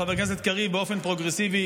חבר הכנסת קריב, באופן פרוגרסיבי.